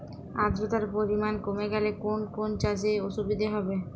আদ্রতার পরিমাণ কমে গেলে কোন কোন চাষে অসুবিধে হবে?